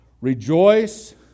Rejoice